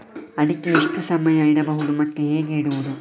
ಅಡಿಕೆ ಎಷ್ಟು ಸಮಯ ಇಡಬಹುದು ಮತ್ತೆ ಹೇಗೆ ಇಡುವುದು?